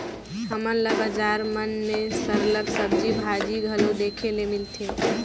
हमन ल बजार मन में सरलग सब्जी भाजी घलो देखे ले मिलथे